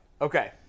Okay